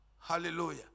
Hallelujah